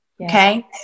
Okay